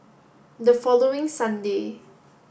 the following Sunday